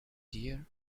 dear